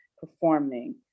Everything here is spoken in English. performing